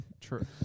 True